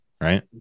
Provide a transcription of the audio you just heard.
right